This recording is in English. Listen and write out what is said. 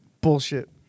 Bullshit